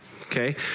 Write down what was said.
okay